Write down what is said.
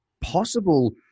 possible